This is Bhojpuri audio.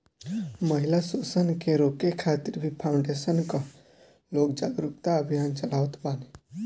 महिला शोषण के रोके खातिर भी फाउंडेशन कअ लोग जागरूकता अभियान चलावत बाने